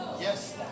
Yes